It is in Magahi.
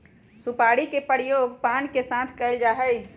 सुपारी के प्रयोग पान के साथ कइल जा हई